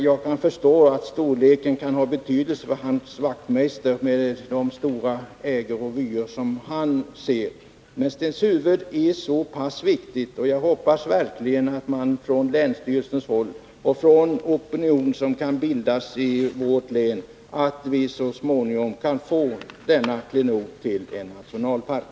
Jag kan förstå att storleken kan ha betydelse för Hans Wachtmeister, som är van vid stora ägor och stora vyer, men Stenshuvud är så pass viktigt att jag hoppas att länsstyrelsen och den opinion som kan bildas i vårt län så småningom kan bidra till att vi får denna klenod förklarad som nationalpark.